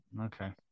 okay